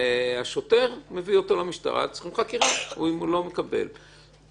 השוטר מביא אותו למשטרה וצריכים חקירה אם הוא לא מקבל את זה.